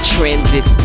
Transit